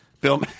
Bill